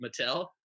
Mattel